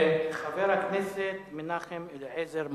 חבר הכנסת מנחם אליעזר מוזס.